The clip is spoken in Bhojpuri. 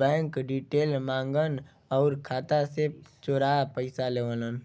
बैंक डिटेल माँगन आउर खाता से पैसा चोरा लेवलन